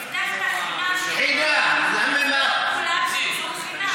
הבטחת חינם לכולם, לא כולם קיבלו חינם.